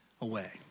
away